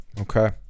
okay